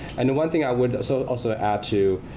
and one thing i would so also add to